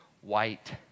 white